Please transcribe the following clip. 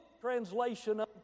translation